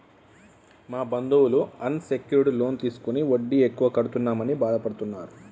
మా బంధువులు unsecured loan తీసుకుని వడ్డీ ఎక్కువ కడుతున్నామని బాధపడుతున్నరు